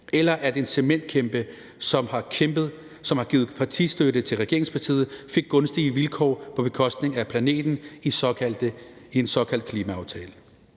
eller at en cementkæmpe, som har givet partistøtte til regeringspartiet, fik gunstige vilkår på bekostning af planeten i en såkaldt klimaaftale.